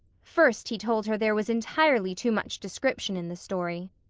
first he told her there was entirely too much description in the story.